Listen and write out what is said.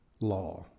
law